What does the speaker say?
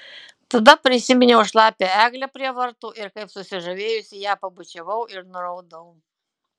tada prisiminiau šlapią eglę prie vartų ir kaip susižavėjusi ją pabučiavau ir nuraudau